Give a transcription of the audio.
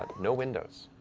no windows.